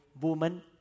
woman